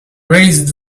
raised